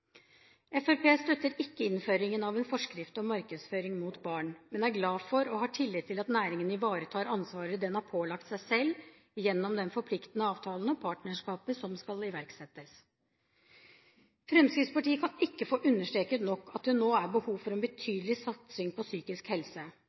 Fremskrittspartiet støtter ikke innføringen av en forskrift om markedsføring mot barn, men er glad for, og har tillit til, at næringen ivaretar ansvaret den har pålagt seg selv gjennom den forpliktende avtalen, og partnerskapet, som skal iverksettes. Fremskrittspartiet kan ikke få understreket nok at det nå er behov for en